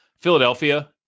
Philadelphia